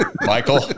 Michael